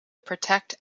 protect